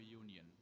Union